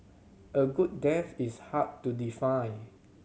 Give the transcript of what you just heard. a good death is hard to define